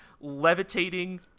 levitating